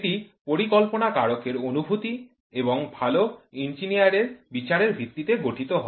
এটি পরিকল্পনা কারকের অনুভূতি এবং ভাল ইঞ্জিনিয়ারিং এর বিচারের ভিত্তিতে গঠিত হয়